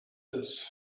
this